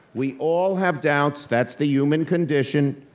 we all have doubts, that's the human condition,